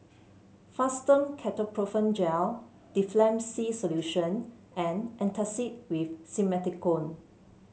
Fastum Ketoprofen Gel Difflam C Solution and Antacid with Simethicone